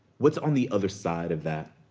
what's on the other side of that?